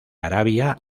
arabia